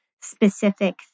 specific